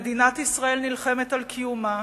מדינת ישראל נלחמת על קיומה,